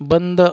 बंद